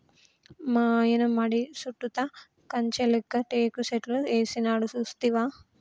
మాయన్న మడి సుట్టుతా కంచె లేక్క టేకు సెట్లు ఏసినాడు సూస్తివా